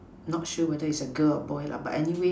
not sure whether is a girl or boy but anyway